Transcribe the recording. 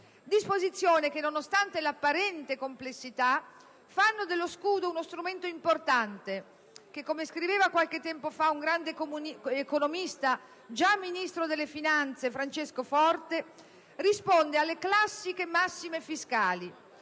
disposizioni, nonostante l'apparente complessità, fanno dello scudo uno strumento importante che, come scriveva qualche tempo fa un grande economista, già Ministro delle finanze, Francesco Forte, risponde alle classiche massime fiscali: